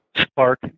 spark